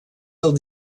del